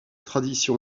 tradition